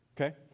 Okay